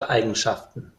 eigenschaften